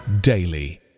daily